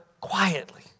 quietly